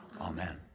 Amen